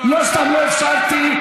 לא סתם לא הפסקתי.